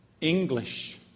English